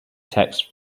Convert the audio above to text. text